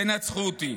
תנצחו אותי.